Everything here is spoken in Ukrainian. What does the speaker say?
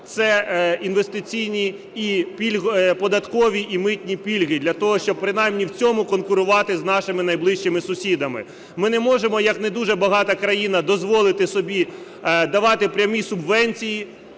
це інвестиційні, податкові і митні пільги для того, щоб принаймні в цьому конкурувати з нашими найближчими сусідами. Ми не можемо як не дуже багата країна дозволити собі давати прямі субвенції,